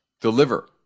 deliver